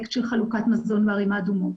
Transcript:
לפרויקט של חלוקת מזון בערים האדומות,